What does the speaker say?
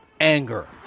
anger